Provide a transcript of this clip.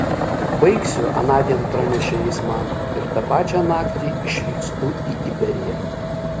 baigsiu anądien pranešė jis man ir tą pačią naktį išvykstu į iberiją